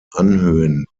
anhöhen